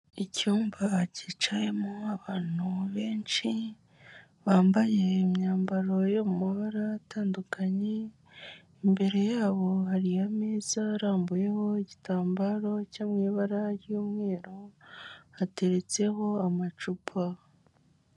Icyumba cyicayemo abantu benshi bambaye imyambaro yo mu mabara atandukanye, imbere yabo hariyo ameza arambuyeho igitambaro cyo mu ibara ry'umweru, hateretseho amacupa.